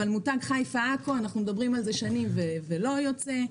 אבל מותג חיפה-עכו אנחנו מדברים על זה שנים ולא יוצא,